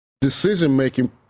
decision-making